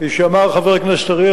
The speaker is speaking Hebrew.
כפי שאמר חבר הכנסת אריאל,